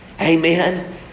Amen